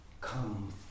come